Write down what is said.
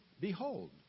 Behold